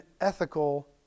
ethical